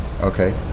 Okay